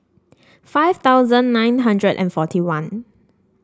five thousand nine hundred and forty one